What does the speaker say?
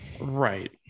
Right